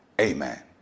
amen